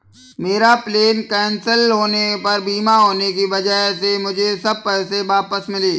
मेरा plane cancel होने पर बीमा होने की वजह से मुझे सब पैसे वापस मिले